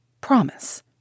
Promise